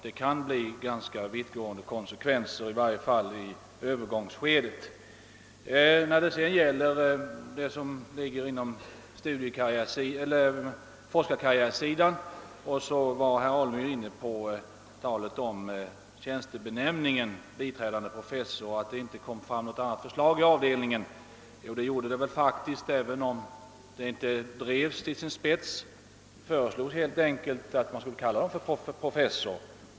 Den kan få vittgående konsekvenser, åtminstone i övergångsskedet. Vad sedan forskarkarriärsidan angår var herr Alemyr inne på talet om tjänstebenämningen och sade då att det i avdelningen inte kommit fram något förslag på annan benämning än biträdande professor. Jo, det gjorde det faktiskt, även om vi inte drev den frågan särskilt kraftigt. Vi föreslog att man helt enkelt skulle kalla vederbörande för professor.